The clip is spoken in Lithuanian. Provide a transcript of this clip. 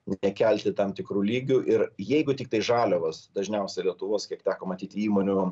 nekelti tam tikru lygiu ir jeigu tiktai žaliavos dažniausia lietuvos kiek teko matyt įmonių